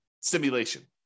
simulation